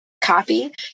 copy